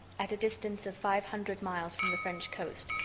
at a distance of five hundred miles from the french coast,